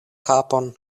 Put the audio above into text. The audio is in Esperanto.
kapon